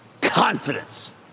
confidence